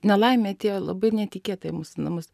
nelaimė atėjo labai netikėtai į mūsų namus